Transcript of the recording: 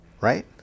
right